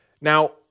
Now